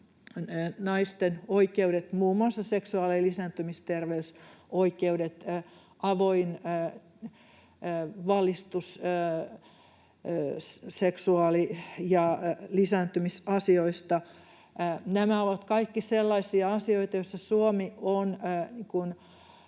naisten oikeudet, muun muassa seksuaali- ja lisääntymisterveysoikeudet, avoin valistus seksuaali- ja lisääntymisasioista — nämä ovat kaikki sellaisia asioita, joista missään